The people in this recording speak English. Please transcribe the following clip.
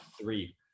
three